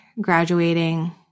graduating